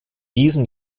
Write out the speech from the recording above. diesem